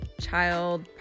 child